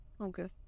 Okay